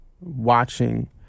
watching